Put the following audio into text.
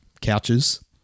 couches